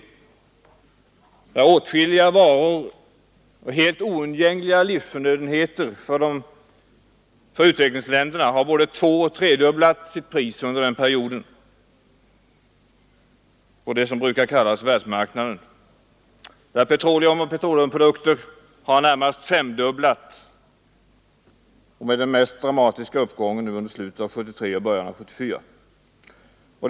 Priset på åtskilliga varor, som är för utvecklingsländerna helt oundgängliga livsförnödenheter, har både tvåoch tredubblats under denna period på det som brukar kallas världsmarknaden. Priserna på petroleum och petroleumprodukter har närmast femdubblats — den mest dramatiska prishöjningen ägde som bekant rum i slutet av 1973 och början av 1974.